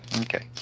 Okay